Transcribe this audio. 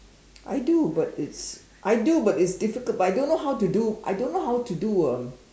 I do but it's I do but it's difficult but I don't know how to do I don't know how to do um